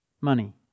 money